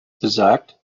besagt